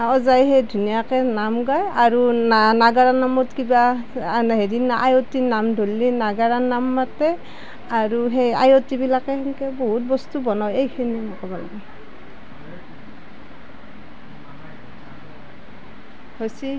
ওজাই সেই ধুনীয়াকৈ নাম গায় আৰু না নাগাৰা নামত কিবা হেৰি আয়তী সকলে নাম ধৰিলে নাগাৰা নাম মাতে আৰু সেই আয়তীসকলে সেনেকৈ বহুত বস্তু বনায়